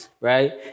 right